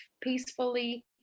peacefully